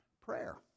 prayer